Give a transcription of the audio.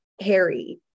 Harry